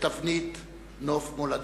לתבנית נוף מולדתו.